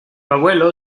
abuelo